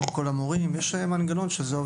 עם כל המורים יש מנגנון שעובד.